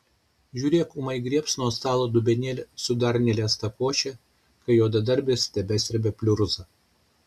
žiūrėk ūmai griebs nuo stalo dubenėlį su dar neliesta koše kai juodadarbis tebesrebia pliurzą